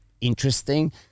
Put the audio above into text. interesting